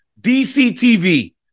DCTV